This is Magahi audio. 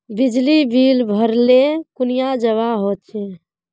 बिजली बिल भरले कुनियाँ जवा होचे?